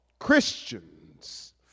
Christians